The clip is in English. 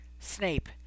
Snape